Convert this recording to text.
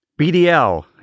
BDL